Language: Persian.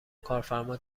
کارفرما